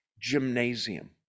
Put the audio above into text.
gymnasium